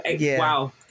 Wow